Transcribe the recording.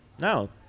No